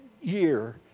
year